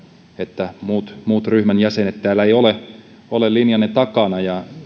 että muut muut ryhmän jäsenet täällä eivät ole linjanne takana